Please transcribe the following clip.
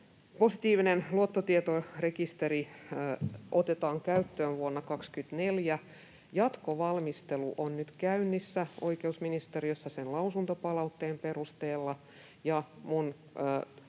Positiivinen luottotietorekisteri otetaan käyttöön vuonna 24. Jatkovalmistelu on nyt käynnissä oikeusministeriössä lausuntopalautteen perusteella,